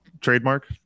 trademark